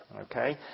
Okay